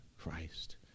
Christ